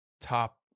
top